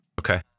okay